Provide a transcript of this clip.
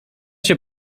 się